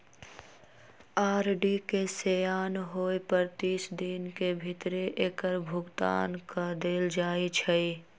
RD के सेयान होय पर तीस दिन के भीतरे एकर भुगतान क देल जाइ छइ